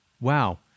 Wow